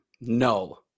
no